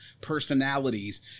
personalities